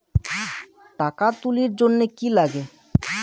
টাকা তুলির জন্যে কি লাগে?